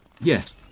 Yes